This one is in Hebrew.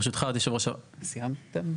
ברשותך, סיימת?